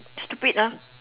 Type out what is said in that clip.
stupid ah